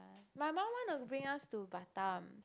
my mum wanna bring us to Batam